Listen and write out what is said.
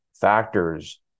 factors